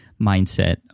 mindset